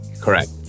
Correct